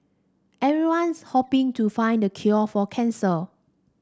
everyone's hoping to find the cure for cancer